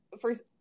first